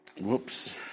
Whoops